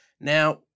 Now